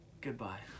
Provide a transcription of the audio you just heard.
Goodbye